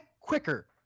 quicker